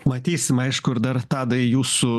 matysim aišku ir dar tadai jūsų